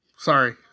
Sorry